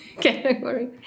category